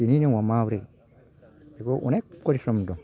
बिनि नियमा माब्रै बेखौ अनेख फरिस्रम दं